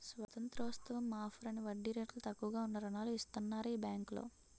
స్వతంత్రోత్సవం offer అని వడ్డీ రేట్లు తక్కువగా ఉన్న రుణాలు ఇస్తన్నారు ఈ బేంకులో